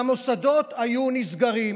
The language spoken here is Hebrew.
והמוסדות היו נסגרים.